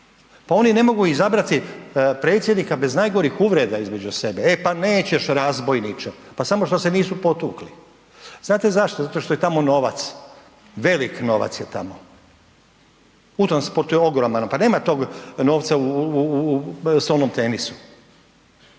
pa oni ne mogu izabrati predsjednika bez najgorih uvreda između sebe, e pa nećeš razbojniče, pa samo što se nisu potukli. Znate zašto? Zato što je tamo novac, velik novac je tamo, u tom sportu je ogroman novac, pa nema tog novca u, u, u stolnom tenisu